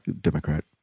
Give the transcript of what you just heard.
Democrat